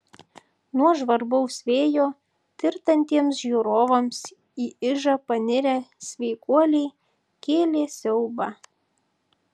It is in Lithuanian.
nuo žvarbaus vėjo tirtantiems žiūrovams į ižą panirę sveikuoliai kėlė siaubą